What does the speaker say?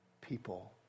people